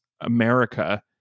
America